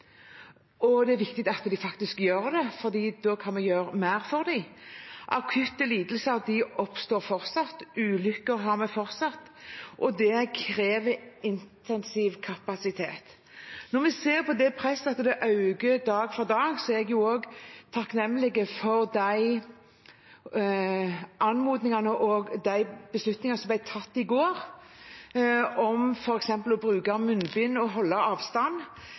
og det er viktig at de faktisk gjør det, for da kan vi gjøre mer for dem. Akutte lidelser oppstår fortsatt, ulykker har vi fortsatt, og det krever intensivkapasitet. Når vi ser at presset øker dag for dag, er jeg også takknemlig for de anmodningene og beslutningene som ble tatt i går, om f.eks. å bruke munnbind og holde avstand.